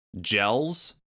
gels